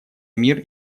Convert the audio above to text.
мир